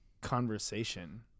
conversation